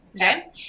okay